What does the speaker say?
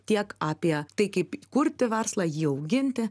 tiek apie tai kaip kurti verslą jį auginti